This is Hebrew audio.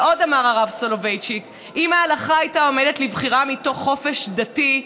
ועוד אמר הרב סולבייצ'יק: אם ההלכה הייתה עומדת לבחירה מתוך חופש דתי,